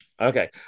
Okay